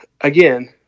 Again